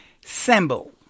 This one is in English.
symbol